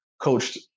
coached